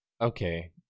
Okay